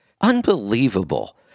Unbelievable